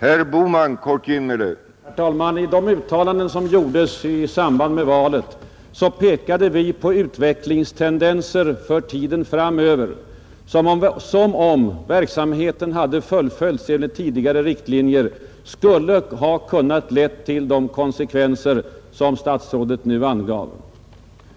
Herr talman! I våra uttalanden i samband med valet pekade vi på utvecklingstendenser för tiden framöver som — om verksamheten hade fullföljts enligt dessa — skulle ha lett till just de avgiftskonsekvenser som statsrådet nyss bestred.